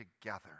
together